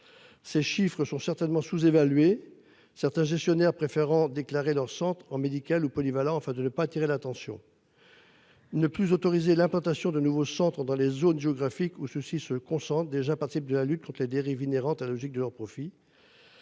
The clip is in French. Ces chiffres sont certainement sous-évaluée. Certains gestionnaires préférant déclaré dans le centre en médical ou polyvalents afin de ne pas attirer l'attention. Ne plus autoriser l'implantation de nouveau chantre dans les zones géographiques où ceux-ci se concentre déjà participe de la lutte contre les dérives inhérentes à la logique de leurs profits.